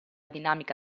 dinamica